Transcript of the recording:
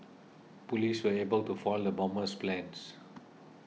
police were able to foil the bomber's plans